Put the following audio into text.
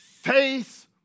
faith